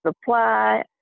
supply